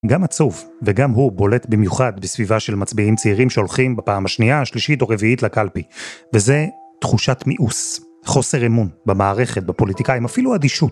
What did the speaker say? גם עצוב, וגם הוא בולט במיוחד בסביבה של מצביעים צעירים שהולכים בפעם השנייה, השלישית או רביעית לקלפי. וזה תחושת מיאוס, חוסר אמון במערכת, בפוליטיקאים, אפילו אדישות.